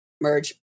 Merge